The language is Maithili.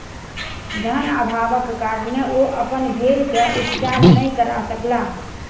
धन अभावक कारणेँ ओ अपन भेड़ के उपचार नै करा सकला